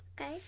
Okay